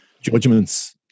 judgments